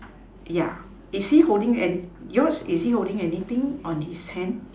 ya yours is he holding anything on his hand